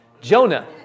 Jonah